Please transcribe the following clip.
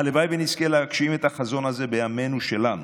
הלוואי שנזכה להגשים את החזון הזה בימינו שלנו.